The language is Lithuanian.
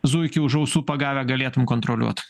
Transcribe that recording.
zuikį už ausų pagavę galėtum kontroliuot